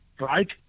right